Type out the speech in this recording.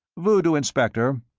voodoo, inspector,